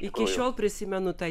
iki šiol prisimenu tą